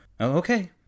Okay